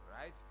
right